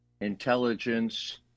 intelligence